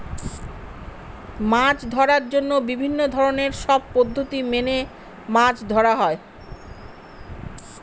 মাছ ধরার জন্য বিভিন্ন ধরনের সব পদ্ধতি মেনে মাছ ধরা হয়